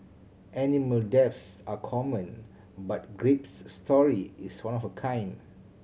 animal deaths are common but Grape's story is one of a kind